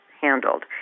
handled